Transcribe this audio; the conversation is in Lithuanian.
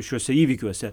šiuose įvykiuose